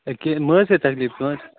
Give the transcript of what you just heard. ہے کیٚنٛہہ مٔہ حظ ہے تکلیٖف کانٛہہ